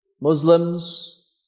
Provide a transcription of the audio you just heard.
Muslims